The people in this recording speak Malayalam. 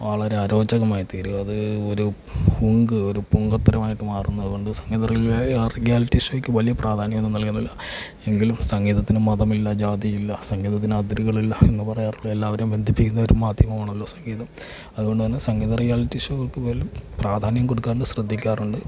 വളരെ അരോചകമായി തീരും അത് ഒരു ഹുങ്ക് ഒരു പുങ്കത്തരമായിട്ട് മാറുന്നതുകൊണ്ട് സംഗീത റിയൽ റിയാലിറ്റി ഷോയ്ക് വലിയ പ്രാധാന്യം ഒന്നും നൽകുന്നില്ല എങ്കിലും സംഗീതത്തിന് മതമില്ല ജാതിയില്ല സംഗീതത്തിന് അതിരുകളില്ല എന്ന് പറയാറുള്ള എല്ലാവരെയും ബന്ധിപ്പിക്കുന്ന ഒരു മാധ്യമം ആണല്ലോ സംഗീതം അതുകൊണ്ട് തന്നെ സംഗീത റിയാലിറ്റി ഷോകൾക്ക് പ്രാധാന്യം കൊടുക്കാണ്ട് ശ്രദ്ധിക്കാറുണ്ട്